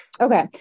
Okay